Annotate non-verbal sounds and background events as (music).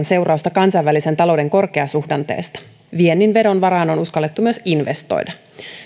(unintelligible) seurausta kansainvälisen talouden korkeasuhdanteesta viennin vedon varaan on uskallettu myös investoida